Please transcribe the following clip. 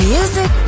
Music